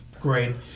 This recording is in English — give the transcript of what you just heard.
Great